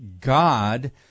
God